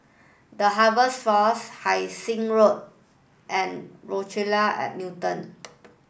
The Harvest Force Hai Sing Road and Rochelle at Newton